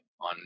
on